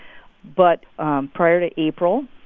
but prior to april,